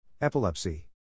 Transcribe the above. epilepsy